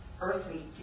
earthly